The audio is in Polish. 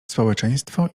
społeczeństwo